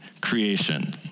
Creation